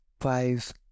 Five